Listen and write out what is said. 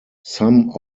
some